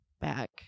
back